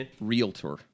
Realtor